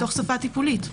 בתוך השפה הטיפולית.